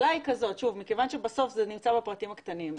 מכיוון שבסוף זה נמצא בפרטים הקטנים,